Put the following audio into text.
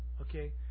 okay